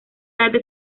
tarde